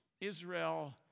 Israel